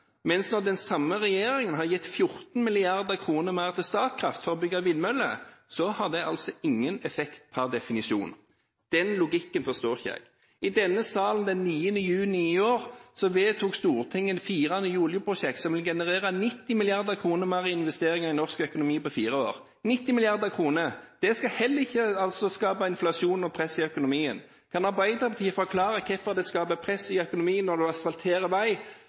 når den samme regjeringen nå har gitt 14 mrd. kr mer til Statkraft for å bygge vindmøller, har det altså, per definisjon, ingen effekt. Den logikken forstår jeg ikke. I denne salen den 9. juni i år vedtok Stortinget fire nye oljeprosjekter som vil generere 90 mrd. kr mer i investeringer i norsk økonomi på fire år – 90 mrd. kr. Det skal altså heller ikke skape inflasjon og press i økonomien. Kan Arbeiderpartiet forklare hvorfor det skaper press i økonomien når en asfalterer vei,